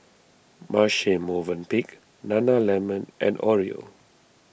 Marche Movenpick Nana Lemon and Oreo